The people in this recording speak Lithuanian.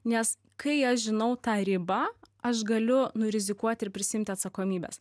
nes kai aš žinau tą ribą aš galiu nu rizikuoti ir prisiimti atsakomybės